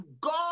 God